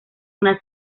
una